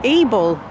able